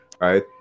Right